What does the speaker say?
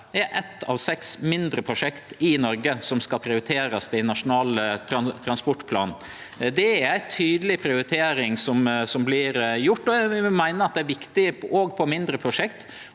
er eitt av seks mindre prosjekt i Noreg som skal prioriterast i Nasjonal transportplan. Det er ei tydeleg prioritering som vert gjort. Eg meiner det er viktig – òg på mindre prosjekt